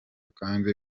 kandi